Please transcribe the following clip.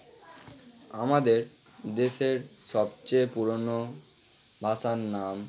আমাদের দেশের সবচেয়ে পুরানো ভাষার নাম